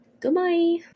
goodbye